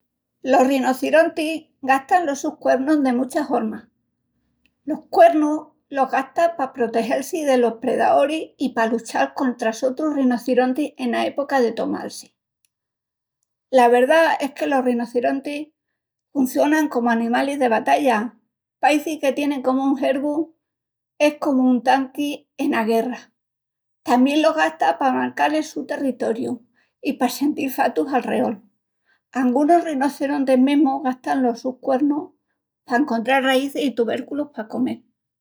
Los rinocerontis gastan los sus cuernus de muchas hormas. Los cuernus los gastan pa protegel-si delos predaoris i pa luchal contra sotrus rinocerontis ena epoca de tomal-si. La verdá es que los rinocerontis huncionan comu animalis de batalla, paeci que tienin comu un xergu, es comu un tanqui ena guerra. Tamién los gastan pa marcal el su territoriu i pa sentil fatus alreol. Angunus rinocerontis mesmu gastan los sus cuernus pa encontral raízis i tubérculus pa comel.